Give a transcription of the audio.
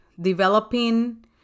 developing